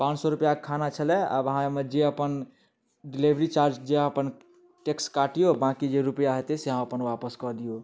पाॅंच सए रुपआके खाना छलए आब अहाँ एहिमे जे अपन डिलेभरी चार्ज जे अपन टैक्स काटियौ बाँकी जे रुपआ हेतै से अहाँ अपन वापस कऽ दियौ